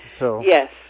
Yes